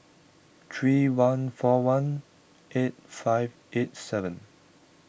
three one four one eight five eight seven